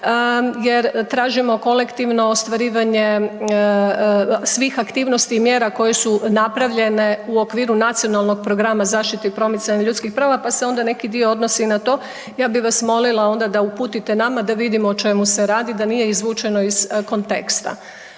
jer tražimo kolektivno ostvarivanje svih aktivnosti i mjera koje su napravljene u okviru Nacionalnog programa zaštite i promicanje ljudskih prava, pa se onda neki dio odnosi na to ja bi vas molila onda da uputite nama da vidimo o čemu se radi, da nije izvučeno iz konteksta.